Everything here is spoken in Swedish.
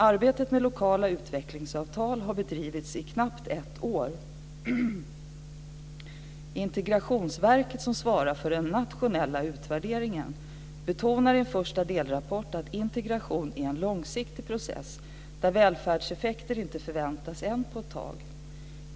Arbetet med lokala utvecklingsavtal har bedrivits i knappt ett år. Integrationsverket, som svarar för den nationella utvärderingen, betonar i en första delrapport att integration är en långsiktig process där välfärdseffekter inte förväntas än på ett tag.